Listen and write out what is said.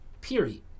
Period